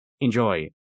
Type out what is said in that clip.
enjoy